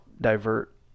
divert